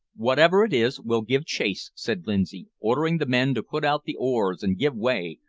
whatever it is, we'll give chase, said lindsay, ordering the men to put out the oars and give way,